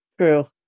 True